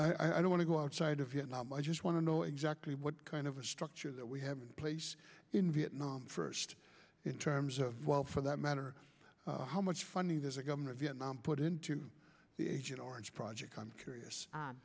s i don't want to go outside of your mom i just want to know exactly what kind of a structure that we have place in vietnam first in terms of well for that matter how much funding there's a governor vietnam put into the agent orange project i'm curious